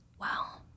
Wow